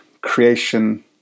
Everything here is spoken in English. creation